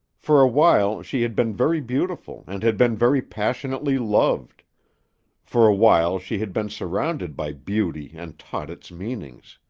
for a while she had been very beautiful and had been very passionately loved for a while she had been surrounded by beauty and taught its meanings.